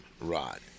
rod